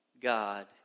God